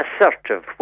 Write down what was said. assertive